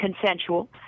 consensual